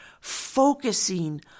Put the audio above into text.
focusing